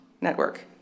Network